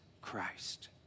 Christ